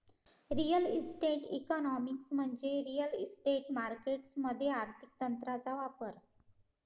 real estate economics म्हणजे real estate markets मध्ये आर्थिक तंत्रांचा वापर